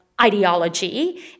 ideology